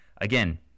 Again